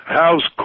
house